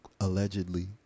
allegedly